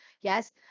yes